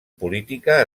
política